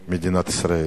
אזרחי מדינת ישראל.